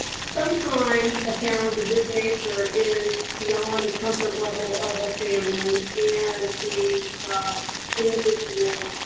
sometimes a challenge of this nature is beyond the comfort level of a family and the individual.